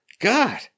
God